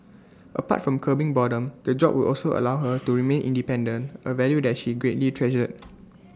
apart from curbing boredom the job would also allow her to remain independent A value that she greatly treasured